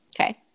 okay